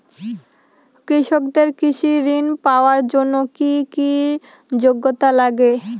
কৃষকদের কৃষি ঋণ পাওয়ার জন্য কী কী যোগ্যতা লাগে?